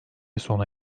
sona